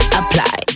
apply